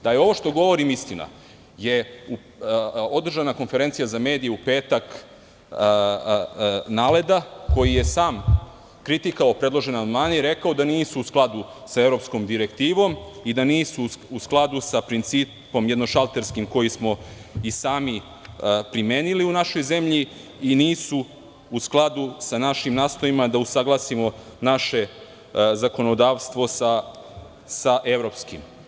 Da je ovo što govorim istina, u petak je održana konferencija za medije NALED-a, koji je sam kritikovao predložene amandmane i rekao da nisu u skladu sa Evropskom direktivom i da nisu u skladu sa principom jednošalterskim koji smo i sami primenili u našoj zemlji i nisu u skladu sa našim nastojanjima da usaglasimo naše zakonodavstvo sa evropskim.